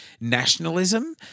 nationalism